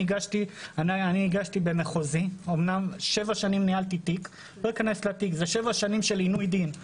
אני הגשתי תביעה במחוזי וניהלתי תיק במשך שבע שנים.